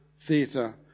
theatre